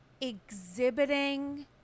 exhibiting